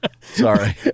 Sorry